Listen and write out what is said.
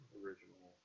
original